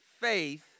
faith